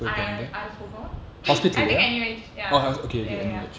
I I forgot I think N_U_H ya ya ya